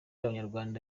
abanyarwanda